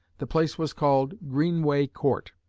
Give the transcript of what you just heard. the place was called greenway court,